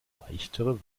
leichtere